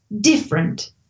Different